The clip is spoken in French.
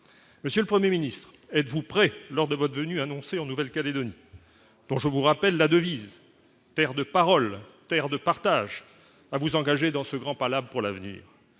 monsieur le 1er Ministre, êtes-vous prêt lors de votre venue annoncer en Nouvelle-Calédonie, donc je vous rappelle la devise de paroles, terre de partage à vous engager dans ce grand pas là pour l'avenir,